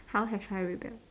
how have I rebelled